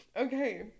Okay